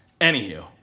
Anywho